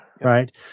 right